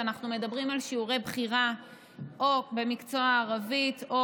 אנחנו מדברים על שיעורי בחירה במקצוע הערבית או